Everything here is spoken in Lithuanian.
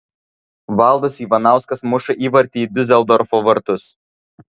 valdas ivanauskas muša įvartį į diuseldorfo vartus